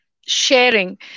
sharing